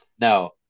No